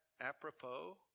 apropos